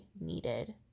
needed